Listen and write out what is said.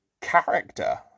character